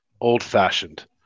old-fashioned